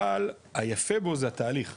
אבל היפה בו זה התהליך,